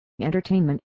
entertainment